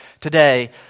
today